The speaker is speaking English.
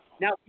Now